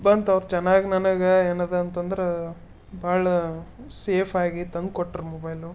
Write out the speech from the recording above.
ಬಂತು ಅವ್ರು ಚೆನ್ನಾಗ್ ನನಗೆ ಏನದಂತಂದರ ಭಾಳ ಸೇಫಾಗಿ ತಂದುಕೊಟ್ರು ಮೊಬೈಲು